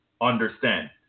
understand